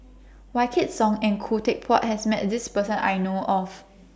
Wykidd Song and Khoo Teck Puat has Met This Person I know of